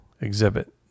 exhibit